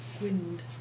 Wind